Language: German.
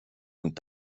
und